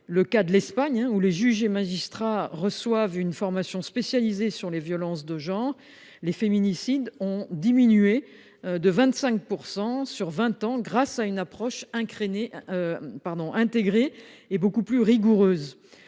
En Espagne, où les juges et les magistrats reçoivent une formation spécialisée sur les violences de genre, les féminicides ont diminué de 25 % sur vingt ans, grâce à une approche intégrée et beaucoup plus rigoureuse.